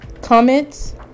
comments